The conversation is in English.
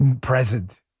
Present